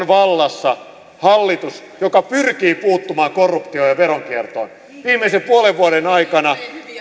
vallassa hallitus joka pyrkii puuttumaan korruptioon ja veronkiertoon viimeisen puolen vuoden aikana